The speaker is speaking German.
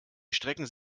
strecken